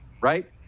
right